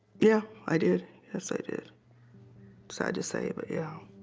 yeah, i did. yes, i did sad to say but yeah